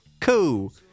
cool